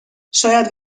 شاید